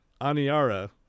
Aniara